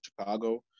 Chicago